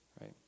right